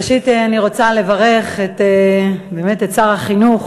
ראשית, אני רוצה לברך באמת את שר החינוך